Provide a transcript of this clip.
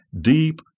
Deep